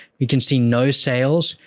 you can see no sales,